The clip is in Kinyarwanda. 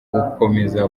gukomeza